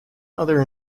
other